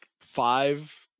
five